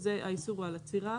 זה האיסור על עצירה,